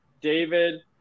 David